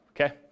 Okay